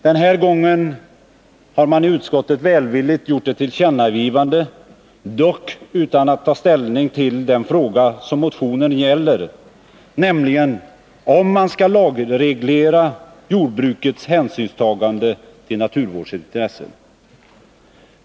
Den här gången har utskottet välvilligt gjort ett tillkännagivande, dock utan att ta ställning till den fråga som motionen gäller, nämligen om man skall lagreglera jordbrukets hänsynstagande till naturvårdsintressen.